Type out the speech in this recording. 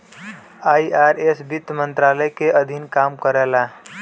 IRS वित्त मंत्रालय के अधीन काम करला